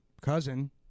cousin